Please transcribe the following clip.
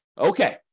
Okay